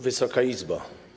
Wysoka Izbo!